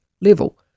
level